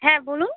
হ্যাঁ বলুন